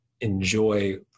enjoy